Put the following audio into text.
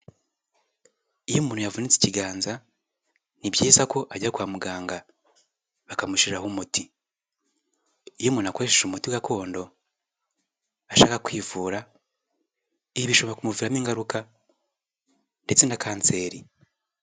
Iyo umuntu yavunitse ikiganza, ni byiza ko ajya kwa muganga bakamushiraho umuti, iyo umuntu akoresheje umuti gakondo ashaka kwivura ibi bishobora kumuviramo ingaruka, ndetse na kanseri.